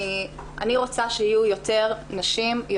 אני רוצה שיהיו יותר נשים,